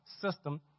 system